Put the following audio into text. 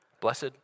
Blessed